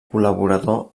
col·laborador